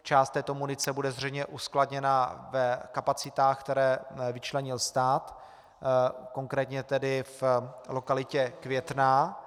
Část této munice bude zřejmě uskladněna v kapacitách, které vyčlenil stát, konkrétně tedy v lokalitě Květná.